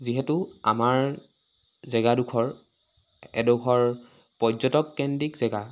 যিহেতু আমাৰ জেগাডোখৰ এডোখৰ পৰ্যটককেন্দ্ৰিক জেগা